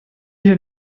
hier